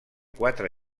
quatre